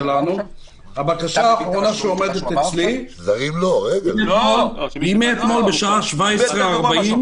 להגיד שהבקשה האחרונה שנמצאת אצלי היא מאתמול בשעה 17:40,